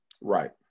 Right